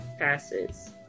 passes